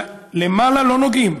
למעלה לא נוגעים.